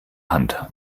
hand